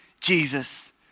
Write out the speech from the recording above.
Jesus